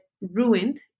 ruined